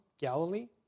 Galilee